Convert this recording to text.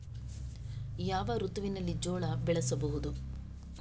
ಯಾವ ಋತುವಿನಲ್ಲಿ ಜೋಳ ಬೆಳೆಸಬಹುದು?